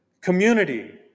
community